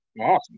Awesome